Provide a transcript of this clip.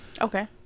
Okay